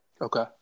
Okay